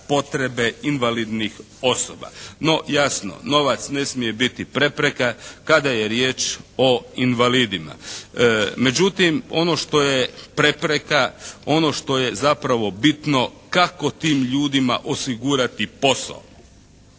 potrebe invalidnih osoba. No, jasno. Novac ne smije biti prepreka kada je riječ o invalidima. Međutim, ono što je prepreka, ono što je zapravo bitno kako tim ljudima osigurati posao?